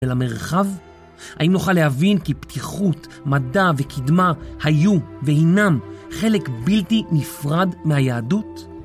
ולמרחב האם נוכל להבין כי פתיחות מדע וקדמה היו והינם חלק בלתי נפרד מהיהדות